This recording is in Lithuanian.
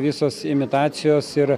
visos imitacijos ir